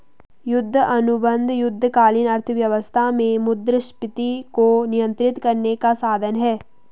युद्ध अनुबंध युद्धकालीन अर्थव्यवस्था में मुद्रास्फीति को नियंत्रित करने का साधन हैं